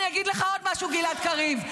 --- אני אגיד לך עוד משהו, גלעד קריב.